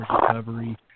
recovery